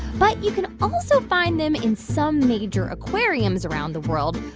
but you can also find them in some major aquariums around the world,